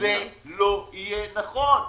זה לא יהיה נכון.